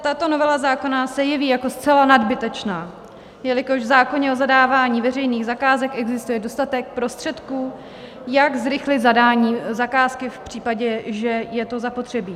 Tato novela zákona se jeví jako zcela nadbytečná, jelikož v zákoně o zadávání veřejných zakázek existuje dostatek prostředků, jak zrychlit zadání zakázky v případě, že je to zapotřebí.